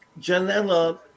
Janela